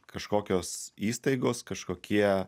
kažkokios įstaigos kažkokie